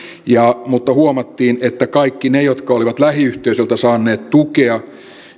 mutta huomattiin että kaikki ne jotka olivat lähiyhteisöltä saaneet tukea